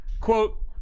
Quote